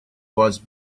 was